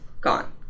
gone